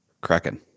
Kraken